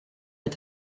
est